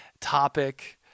topic